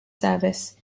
service